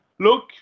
look